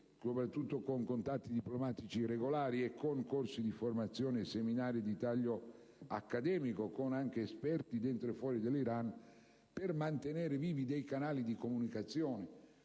soprattutto con contatti diplomatici regolari, con corsi di formazione e seminari di taglio accademico, con esperti dentro e fuori dell'Iran, per mantenere vivi dei canali di comunicazione